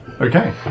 Okay